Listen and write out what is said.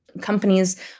companies